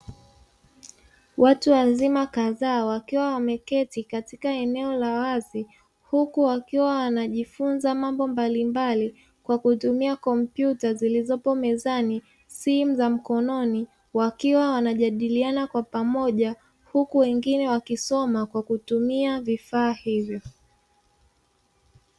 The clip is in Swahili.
Watu wazima kadhaa wakiwa wameketi katika eneo la wazi, huku wakiwa wanajifunza mambo mbalimbali kwa kutumia kompyuta zilizopo mezani, simu za mkononi wakiwa wanajadiliana kwa pamoja, huku wengine wakisoma kwa kutumia vifaa hivyo.